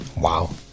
Wow